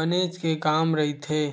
बनेच के काम रहिथे